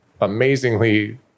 amazingly